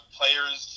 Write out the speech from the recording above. players